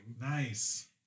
Nice